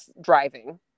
driving